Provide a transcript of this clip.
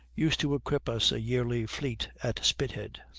used to equip us a yearly fleet at spithead,